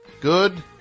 Good